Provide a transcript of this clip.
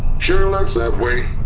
sure looks that way!